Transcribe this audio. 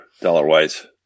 dollar-wise